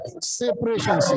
Separation